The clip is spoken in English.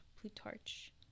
plutarch